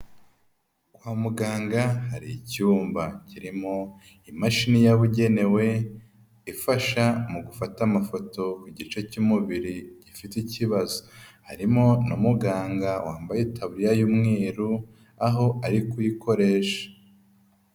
Kwa muganga hari icyumba kirimo imashini yabugenewe ifasha mu gufata amafoto ku gice cy'umubiri gifite ikibazo, harimo n'umuganga wambaye itaburiya y'umweru aho ari kuyikoresha.